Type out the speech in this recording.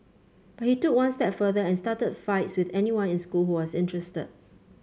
he took one step further and started fights with anyone in school who was interested